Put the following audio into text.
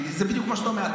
כי זה בדיוק מה שאתה אומר.